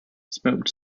smoked